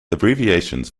abbreviations